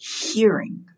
hearing